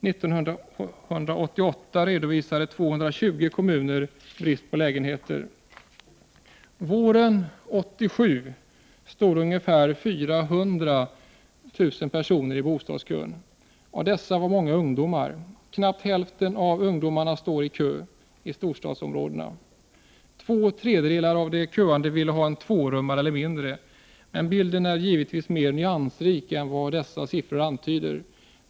1988 redovisade 220 kommuner brist på lägenheter. Våren 1987 stod ungefär 400 000 personer i bostadskö. Av dessa var många ungdomar. Knappt hälften av ungdomarna står i kö i storstadsområdena. Två tredjedelar av de köande vill ha en tvårummare eller mindre. Men bilden är givetvis mer nyansrik än vad dessa siffror antyder.